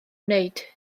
wneud